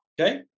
Okay